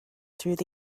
through